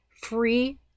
Free